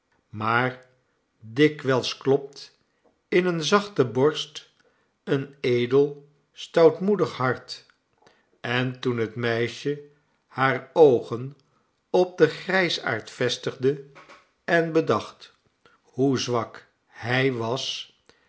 maar dikwijls klopt in eene zachte borst een edel stoutmoedig hart en toen het meisje hare oogen op den grijsaard vestigde en bedacht hoe zwak hij was